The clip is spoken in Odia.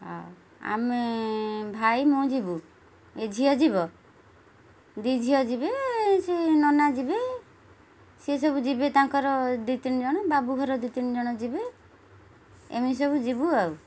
ଆମେ ଭାଇ ମୁଁ ଯିବୁ ଏ ଝିଅ ଯିବ ଦୁଇ ଝିଅ ଯିବେ ସେ ନନା ଯିବେ ସେ ସବୁ ଯିବେ ତାଙ୍କର ଦୁଇ ତିନି ଜଣ ବାବୁ ଘର ଦି ତିନି ଜଣ ଯିବେ ଏମିତି ସବୁ ଯିବୁ ଆଉ